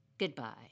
Goodbye